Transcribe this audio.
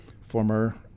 former